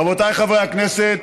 רבותיי חברי הכנסת,